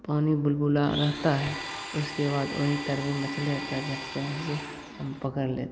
पानी बुलबुला रहता है उसके बाद वही तल में मछली रहता है झट से हम ऐसे हम उसे हम पकड़ लेते हैं